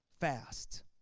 fast